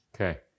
Okay